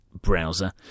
browser